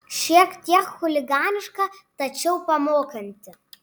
šiek tiek chuliganiška tačiau pamokanti